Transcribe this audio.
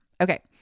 Okay